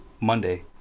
Monday